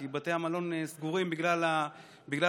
כי בתי המלון סגורים בגלל הקורונה,